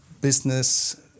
business